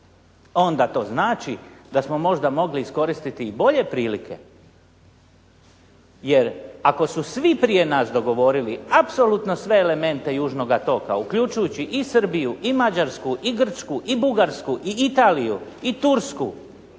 onda to znači da smo možda mogli iskoristiti i bolje prilike. Jer ako su svi prije nas dogovorili apsolutno sve elemente južnoga toka uključujući i Srbiju i Mađarsku i Grčku i Bugarsku i Italiju i Tursku